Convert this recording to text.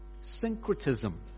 Syncretism